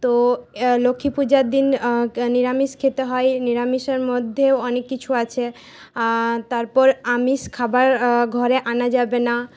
তো লক্ষ্মী পূজার দিন নিরামিষ খেতে হয় নিরামিষের মধ্যেও অনেক কিছু আছে তারপর আমিষ খাবার ঘরে আনা যাবে না